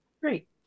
Great